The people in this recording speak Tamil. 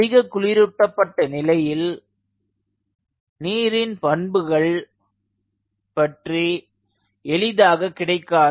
அதிக குளிரூட்டப்பட்ட நிலையில் நீரின் பண்புகள் பற்றி எளிதாக கிடைக்காது